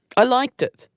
i liked it.